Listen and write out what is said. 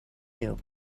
you